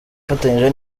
ifatanyije